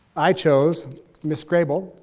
i chose miss grey bull.